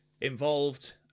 involved